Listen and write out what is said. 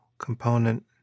component